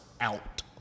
out